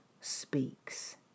speaks